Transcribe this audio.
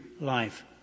life